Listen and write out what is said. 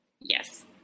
Yes